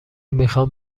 میخوام